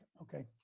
Okay